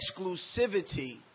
exclusivity